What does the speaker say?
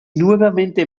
nuevamente